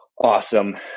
awesome